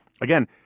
Again